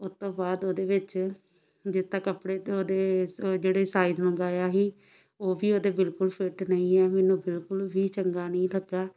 ਉਤੋਂ ਬਾਅਦ ਉਹਦੇ ਵਿੱਚ ਜਿੱਥੋਂ ਤੱਕ ਕੱਪੜੇ ਅਤੇ ਉਹਦੇ ਜਿਹੜੇ ਸਾਈਜ਼ ਮੰਗਾਇਆ ਹੀ ਉਹ ਵੀ ਉਹਦੇ ਬਿਲਕੁਲ ਫਿੱਟ ਨਹੀਂ ਹੈ ਮੈਨੂੰ ਬਿਲਕੁਲ ਵੀ ਚੰਗਾ ਨਹੀਂ ਲੱਗਾ